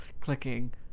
clicking